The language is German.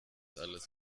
alles